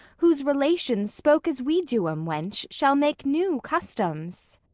whose relations, spoke as we do em wench, shall make new customs.